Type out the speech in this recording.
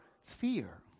fear